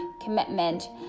commitment